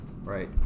Right